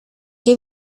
que